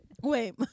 Wait